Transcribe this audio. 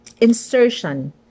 insertion